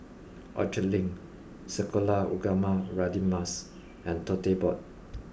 Orchard Link Sekolah Ugama Radin Mas and Tote Board